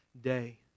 day